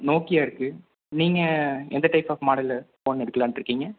Nokia இருக்குது நீங்கள் எந்த டைப் ஆஃப் மாடலில் ஃபோன் எடுக்கலாம்ட்டு இருக்கீங்க